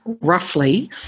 roughly